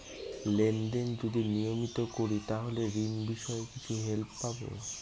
Lane দেন যদি নিয়মিত করি তাহলে ঋণ বিষয়ে কিছু হেল্প পাবো?